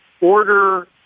order